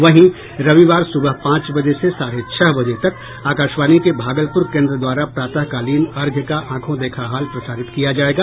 वहीं रविवार सुबह पांच बजे से साढ़े छह बजे तक आकाशवाणी के भागलपुर केन्द्र द्वारा प्रातःकालीन अर्घ्य का आंखों देखा हाल प्रसारित किया जायेगा